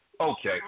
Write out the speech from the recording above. Okay